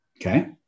okay